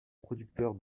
producteur